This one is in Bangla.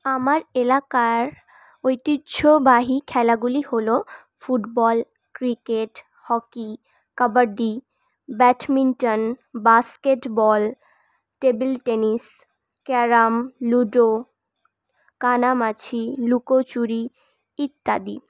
আমার এলাকার ঐতিহ্যবাহী খেলাগুলি হল football cricket hockey kabaddi badminton basketball table tennis carrom ludo কানামাছি লুকোচুরি ইত্যাদি